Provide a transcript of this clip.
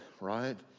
right